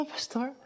Pastor